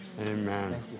Amen